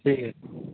ٹھیک ہے